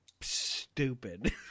stupid